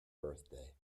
birthday